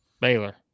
Baylor